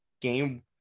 game